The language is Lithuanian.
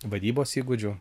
vadybos įgūdžių